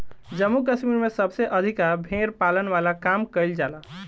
जम्मू कश्मीर में सबसे अधिका भेड़ पालन वाला काम कईल जाला